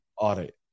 audit